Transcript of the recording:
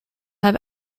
have